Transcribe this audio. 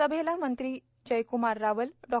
सभैला मंत्री जयक्मार रावल डॉ